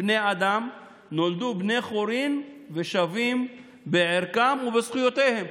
בני האדם נולדו בני חורין ושווים בערכם ובזכויותיהם"